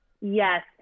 Yes